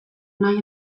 nahi